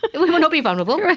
but but we will not be vulnerable.